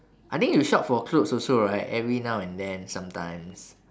I think you shop for clothes also right every now and then sometimes